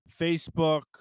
Facebook